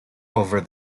over